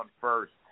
first